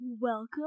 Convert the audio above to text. Welcome